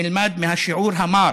נלמד מהשיעור המר